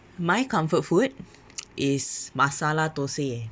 my comfort food is masala thosai